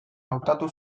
hautatu